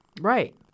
Right